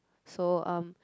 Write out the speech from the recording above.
so um